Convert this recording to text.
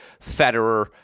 Federer